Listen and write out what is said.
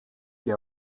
que